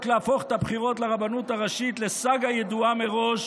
להפוך את הבחירות לרבנות הראשית לסאגה ידועה מראש,